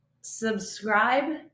subscribe